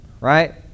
Right